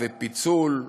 ופיצול,